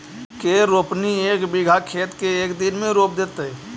के रोपनी एक बिघा खेत के एक दिन में रोप देतै?